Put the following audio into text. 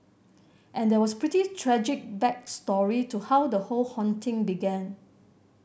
and there was pretty tragic back story to how the whole haunting began